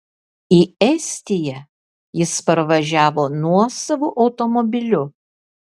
į estiją jis parvažiavo nuosavu automobiliu